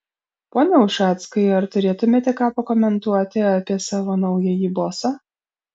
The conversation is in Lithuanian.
pone ušackai ar turėtumėte ką pakomentuoti apie savo naująjį bosą